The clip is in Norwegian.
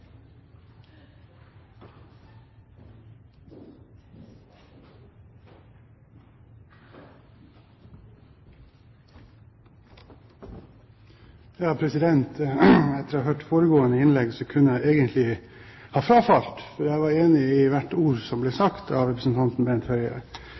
Etter å ha hørt foregående innlegg kunne jeg egentlig ha frafalt, for jeg var enig i hvert ord som ble